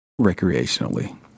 recreationally